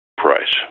price